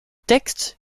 textes